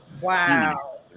Wow